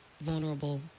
vulnerable